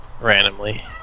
randomly